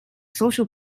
social